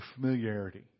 familiarity